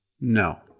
no